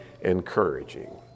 encouraging